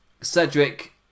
Cedric